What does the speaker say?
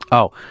oh,